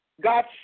God